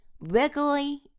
wiggly